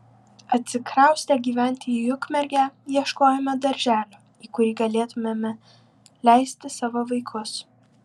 atsikraustę gyventi į ukmergę ieškojome darželio į kurį galėtumėme leisti savo vaikus